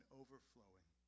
overflowing